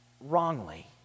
wrongly